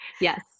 Yes